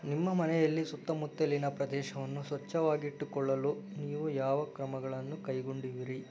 ನಿಮ್ಮ ಮನೆಯಲ್ಲಿ ಸುತ್ತಮುತ್ತಲಿನ ಪ್ರದೇಶವನ್ನು ಸ್ವಚ್ಛವಾಗಿಟ್ಟುಕೊಳ್ಳಲು ನೀವು ಯಾವ ಕ್ರಮಗಳನ್ನು ಕೈಗೊಂಡಿರುವಿರಿ